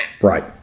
Right